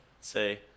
Say